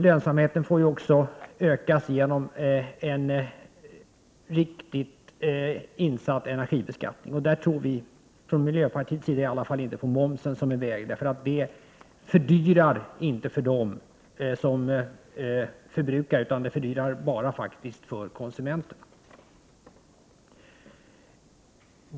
Lönsamheten får ju också ökas genom en riktigt insatt energibeskattning. Där tror vi i miljöpartiet inte på moms som en möjlig väg. Moms fördyrar inte för dem som förbrukar energi utan faktiskt bara för konsumenterna.